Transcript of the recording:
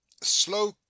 slow